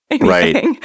Right